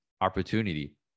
opportunity